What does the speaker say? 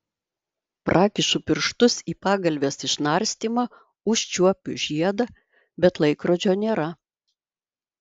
prakišu pirštus į pagalvės išnarstymą užčiuopiu žiedą bet laikrodžio nėra